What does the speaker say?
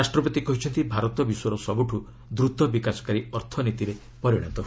ରାଷ୍ଟ୍ରପତି କହିଛନ୍ତି ଭାରତ ବିଶ୍ୱର ସବୁଠୁ ଦୃତ ବିକାଶକାରୀ ଅର୍ଥନୀତିରେ ପରିଣତ ହୋଇଛି